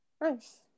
Nice